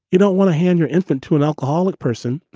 you don't want to hand your infant to an alcoholic person,